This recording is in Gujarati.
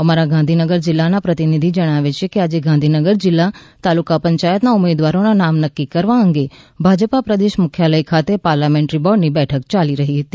અમારા ગાંધીનગર જિલ્લાના પ્રતિનિધિ જણાવે છે કે આજે ગાંધીનગર જિલ્લા તાલુકા પંચાયતના ઉમેદવારોના નામ નક્કી કરવા અંગે ભાજપા પ્રદેશ મુખ્યાલય ખાતે પાર્લામેન્ટરી બોર્ડની બેઠક યાલી રહી છે